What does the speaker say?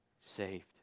saved